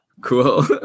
Cool